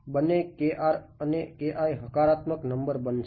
બંને અને હકારાત્મક નંબર બનશે